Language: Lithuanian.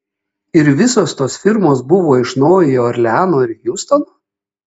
ir visos tos firmos buvo iš naujojo orleano bei hjustono